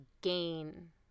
gain